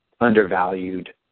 undervalued